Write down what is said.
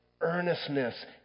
earnestness